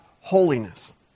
holiness